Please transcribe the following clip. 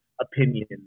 opinion